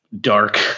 dark